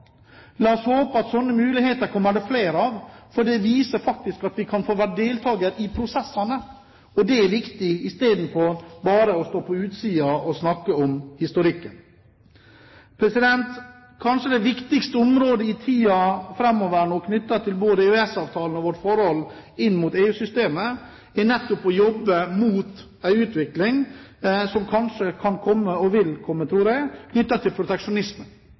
La oss håpe at det kommer flere slike muligheter, for det viser faktisk at vi kan få være deltaker i prosessene, og det er viktig, istedenfor bare å stå på utsiden og snakke om historikken. Kanskje det viktigste i tiden framover, både med hensyn til EØS-avtalen og vårt forhold inn mot EU-systemet, er å jobbe mot en utvikling av proteksjonisme som jeg tror kan komme, og vil komme.